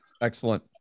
Excellent